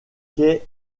quais